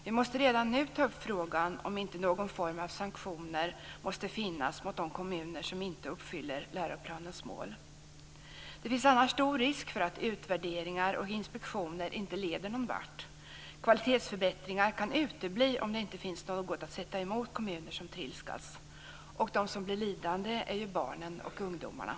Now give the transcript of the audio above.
Vi måste redan nu ta upp frågan om inte någon form av sanktioner måste finnas mot de kommuner som inte uppfyller läroplanens mål. Risken är annars stor att utvärderingar och inspektioner inte leder någon vart. Kvalitetsförbättringar kan utebli om det inte finns något att sätta emot kommuner som trilskas. De som blir lidande är barnen och ungdomarna.